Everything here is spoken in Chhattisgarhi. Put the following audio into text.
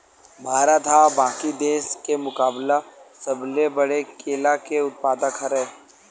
भारत हा बाकि देस के मुकाबला सबले बड़े केला के उत्पादक हरे